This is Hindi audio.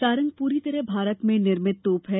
सारंग पूरी तरह भारत में निर्मित तोप है